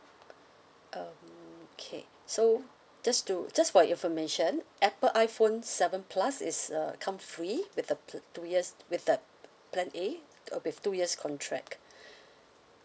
um okay so just to just for information apple iphone seven plus is uh come free with a pl~ two years with uh plan A with two years contract